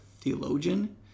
theologian